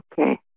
okay